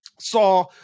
saw